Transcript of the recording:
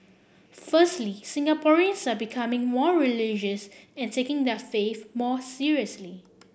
firstly Singaporeans are becoming more religious and taking their faiths more seriously